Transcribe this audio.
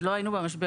עוד לא היינו במשבר.